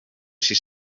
sis